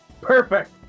Perfect